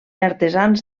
artesans